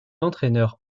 d’entraîneur